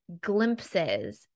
glimpses